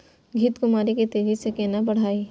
घृत कुमारी के तेजी से केना बढईये?